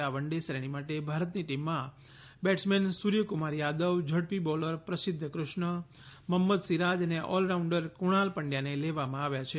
આ one day શ્રેણી માટે ભારતની ટીમમાં બેટ્સમેન સૂર્યકુમાર યાદવ ઝડપી બોલર પ્રસિદ્ધ કૃષ્ણ મોહમ્મદ સિરાજ અને ઓલરાઉન્ડર કુણાલ પંડ્યાને લેવામાં આવ્યા છે